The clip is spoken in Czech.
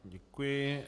Děkuji.